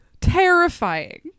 terrifying